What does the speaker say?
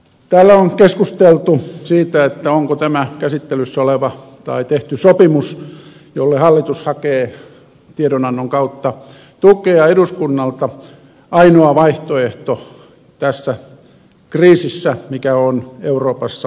täällä on keskusteltu siitä onko tämä käsittelyssä oleva tai tehty sopimus jolle hallitus hakee tiedonannon kautta tukea eduskunnalta ainoa vaihtoehto tässä kriisissä mikä on euroopassa käsillä